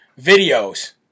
videos